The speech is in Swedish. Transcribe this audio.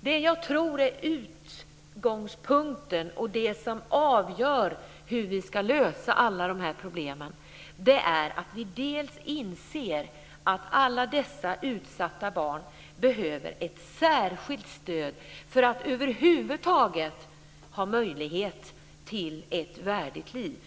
det jag tror är utgångspunkten och det som avgör hur vi ska lösa alla de här problemen är att vi inser att alla dessa utsatta barn behöver ett särskilt stöd för att över huvud taget ha möjlighet till ett värdigt liv.